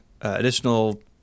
additional